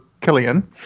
Killian